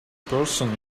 person